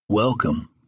Welcome